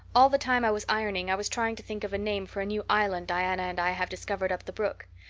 all the time i was ironing i was trying to think of a name for a new island diana and i have discovered up the brook.